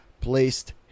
placed